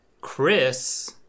Chris